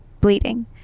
bleeding